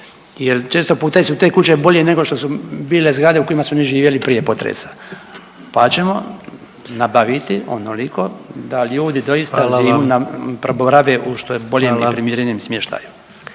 jer često puta su te kuće bolje nego što su bile zgrade u kojima su oni živjeli prije potresa, pa ćemo nabaviti onoliko da ljudi …/Upadica predsjednik: Hvala vam./… doista